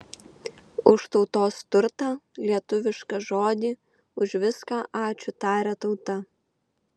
už tautos turtą lietuvišką žodį už viską ačiū taria tauta